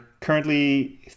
currently